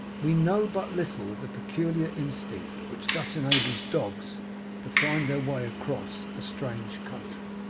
we know but little of the peculiar instinct which thus enables dogs to find their way across a strange country.